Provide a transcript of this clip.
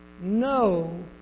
No